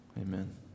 Amen